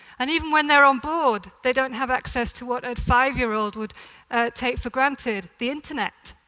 and even when they're on board, they don't have access to what a five-year-old would take for granted, the internet.